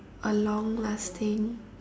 a long lasting